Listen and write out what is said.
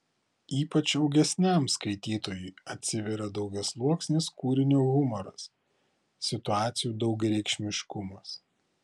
ypač augesniam skaitytojui atsiveria daugiasluoksnis kūrinio humoras situacijų daugiareikšmiškumas